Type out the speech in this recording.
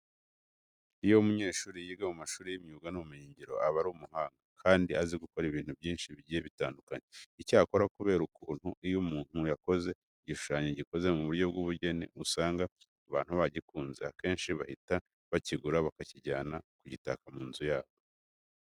Iyo umunyeshuri yiga mu mashuri y'imyuga n'ubumenyingiro, aba ari umuhanga kandi azi gukora ibintu byinshi bigiye bitadukanye. Icyakora kubera ukuntu iyo umuntu yakoze igishushanyo gikoze mu buryo bw'ubugeni usanga abantu bagikunze, akenshi bahita bakigura bakakijyana ku gitaka mu mazu yabo.